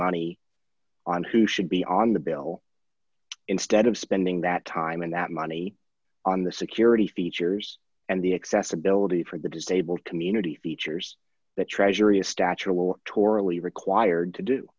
money on who should be on the bill instead of spending that time in that money on the security features and the accessibility for the disabled community features the treasury a statue or torah lee required to do